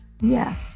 Yes